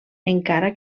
encara